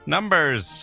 Numbers